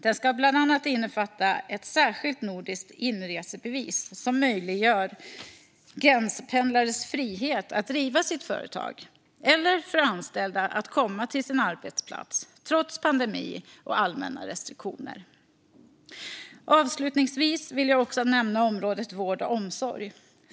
Den ska bland annat innefatta ett särskilt nordiskt inresebevis som möjliggör gränspendlares frihet att driva sitt företag och gör det möjligt för anställda att komma till sin arbetsplats trots pandemi och allmänna restriktioner. Avslutningsvis vill jag också nämna området vård och omsorg.